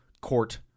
court